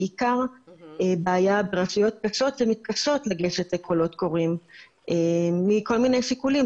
בעיקר בעיה ברשויות קשות שמתקשות לגשת לקולות קוראים מכל מיני שיקולים,